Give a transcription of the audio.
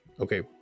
Okay